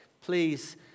Please